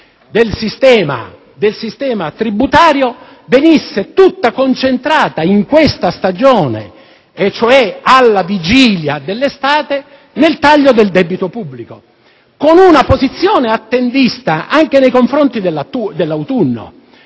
del sistema tributario venisse tutta concentrata in questa stagione, vale a dire alla vigilia dell'estate, nel taglio del debito pubblico, con una posizione attendista anche nei confronti dell'autunno.